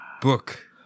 Book